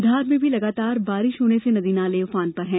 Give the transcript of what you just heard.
धार में भी लगातार बारिश होने से नदी नाले उफान पर है